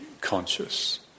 conscious